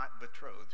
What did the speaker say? betrothed